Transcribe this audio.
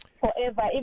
forever